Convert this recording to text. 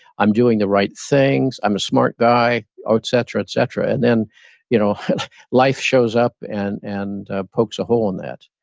i'm doing the right things. i'm a smart guy, ah et cetera, et cetera and then you know life shows up and and ah pokes a hole in that.